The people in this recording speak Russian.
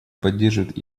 поддерживает